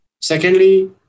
Secondly